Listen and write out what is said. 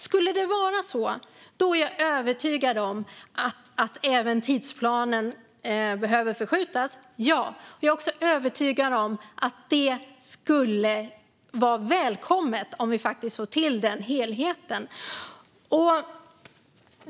Skulle det vara så är jag övertygad om att även tidsplanen behöver förskjutas, ja, men jag är också övertygad om att det skulle vara välkommet om vi faktiskt får till den helheten.